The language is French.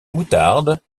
moutarde